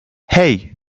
hey